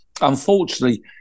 Unfortunately